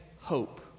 hope